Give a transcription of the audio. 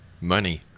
Money